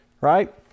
right